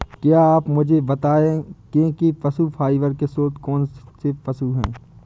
क्या आप मुझे बताएंगे कि पशु फाइबर के स्रोत कौन कौन से पशु हैं?